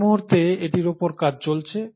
এই মুহূর্তে এটির উপর কাজ চলছে